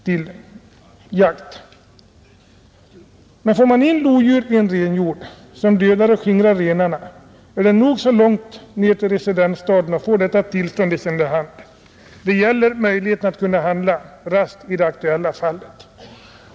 Men om man i en renhjord får in lodjur som dödar och skingrar renarna, är det nog så långt ner till residensstaden för att få ett jakttillstånd i sin hand, Här gäller det möjligheten att handla raskt i det aktuella fallet.